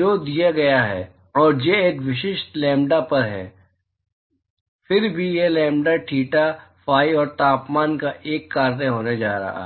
जो दिया गया है और जे एक विशिष्ट लैम्ब्डा पर फिर से यह लैम्ब्डा थीटा फी और तापमान का एक कार्य होने जा रहा है